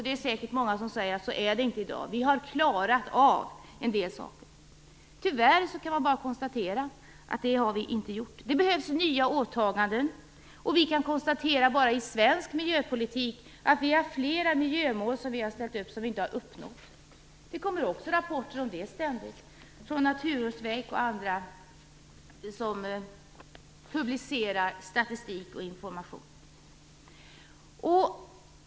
Det är säkert många som säger att det inte är så, att vi har klarat av en del saker. Tyvärr kan man bara konstatera att vi inte har gjort det. Det behövs nya åtaganden. Vi kan konstatera att vi enbart i svensk miljöpolitik har ställt upp flera miljömål som vi inte har uppnått. Det kommer ständigt rapporter om det från Naturvårdsverket och andra som publicerar statistik och information.